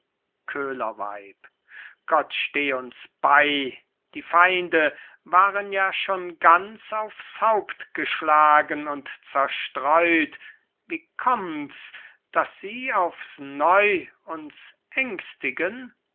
köhlerweib gott steh uns bei die feinde waren ja schon ganz aufs haupt geschlagen und zerstreut wie kommts daß sie aufs neu uns ängstigen